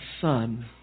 son